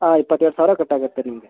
ಹಾಂ ಇಪ್ಪತ್ತೇಳು ಸಾವಿರ ಕಟ್ಟಾಗುತ್ತೆ ನಿಮಗೆ